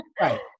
Right